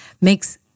makes